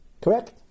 Correct